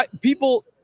people